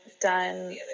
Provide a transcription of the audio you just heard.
done